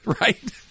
right